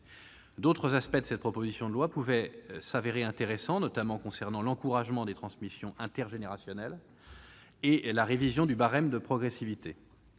d'autres aspects de cette proposition de loi pouvaient se révéler intéressants, notamment concernant l'encouragement des transmissions intergénérationnelles et la révision du barème de progressivité,